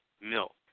milk